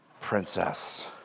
princess